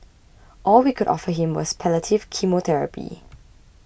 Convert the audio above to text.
all we could offer him was palliative chemotherapy